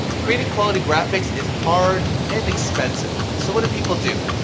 creating quality graphics is hard and expensive. so what do people do?